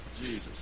Jesus